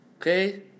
Okay